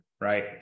right